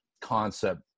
concept